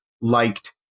liked